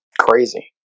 crazy